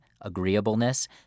agreeableness